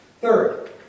Third